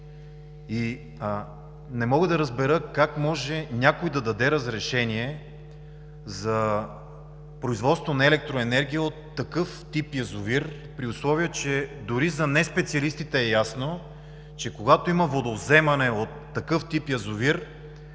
Не мога да разбера как може някой да даде разрешение за производство на електроенергия от такъв тип язовир при условие, че дори за неспециалистите е ясно, че когато има водовземане от такъв тип язовир,